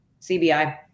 CBI